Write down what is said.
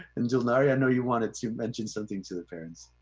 and dulnari, i know you wanted to mention something to the parents.